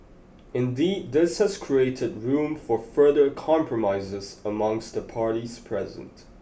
indeed this has created room for further compromises amongst the parties present